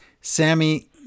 Sammy